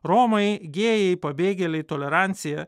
romai gėjai pabėgėliai tolerancija